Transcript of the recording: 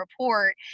report